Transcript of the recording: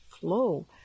flow